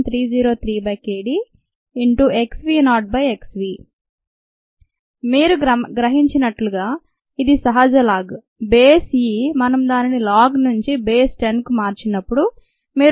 303kdxv0xv మీరు గ్రహించినట్లుగా ఇది సహజ లాగ్ బేస్ e మనం దానిని లాగ్ నుంచి బేస్ 10 కు మార్చినప్పుడు మీరు 2